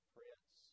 Prince